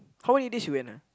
how many days you went ah